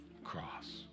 cross